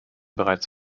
bereits